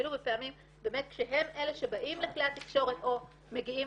אפילו כשהם אלה שבאים לכלי התקשורת או מגיעים